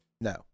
No